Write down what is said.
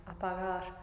apagar